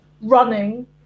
running